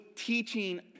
teaching